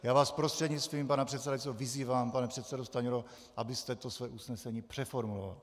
Já vás prostřednictvím pana předsedajícího vyzývám, pane předsedo Stanjuro, abyste to své usnesení přeformuloval.